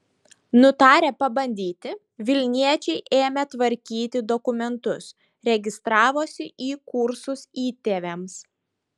nutarę pabandyti vilniečiai ėmė tvarkyti dokumentus registravosi į kursus įtėviams